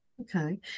Okay